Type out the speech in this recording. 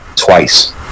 twice